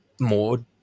more